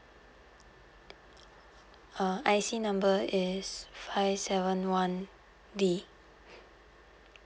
uh I_C number is five seven one D